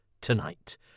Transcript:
tonight